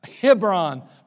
Hebron